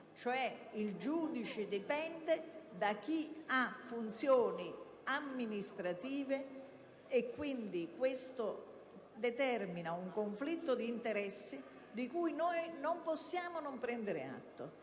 Il giudice dipende da chi ha funzioni amministrative e questo determina un conflitto di interessi di cui non possiamo non prendere atto.